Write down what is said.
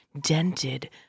dented